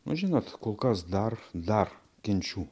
nu žinot kol kas dar dar kenčiu